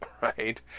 right